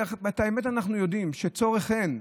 את האמת הרי אנחנו יודעים, שצורך, אין.